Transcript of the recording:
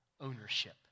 ownership